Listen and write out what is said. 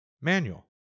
Manual